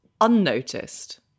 unnoticed